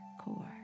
core